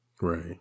Right